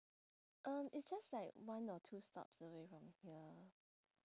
um it's just like one or two stops away from here